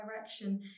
direction